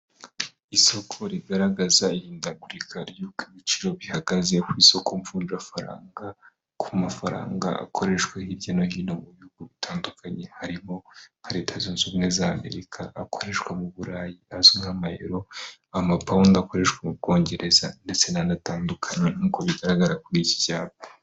Isoko rigaragaza ihindagurika ry'uko ibiciro bihagaze ku isoko mvunjarafaranga, ku mafaranga akoreshwa hirya no hino mu bihugu bitandukanye, harimo: nka Leta zunze ubumwe za Amerika, akoreshwa mu Burayi azwi nk'Amayero, Amapawundi akoreshwa mu Bwongereza ndetse n'andi atandukanye nk'uko bigaragara kuri iki kirango.